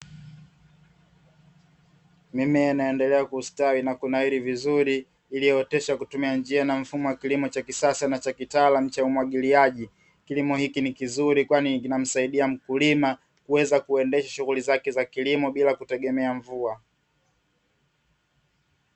Mimea inaendelea kustawi na kunawiri vizuri, iliyooteshwa kutumia njia na mfumo wa kilimo cha kisasa na cha kitaalamu cha umwagiliaji. Kilimo hiki ni kizuri kwani kinamsaidia mkulima, kuweza kuendesha shughuli zake za kilimo bila kutegemea mvua.